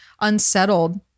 unsettled